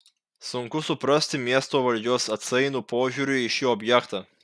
sunku suprasti miesto valdžios atsainų požiūrį į šį objektą